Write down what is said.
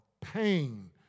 pain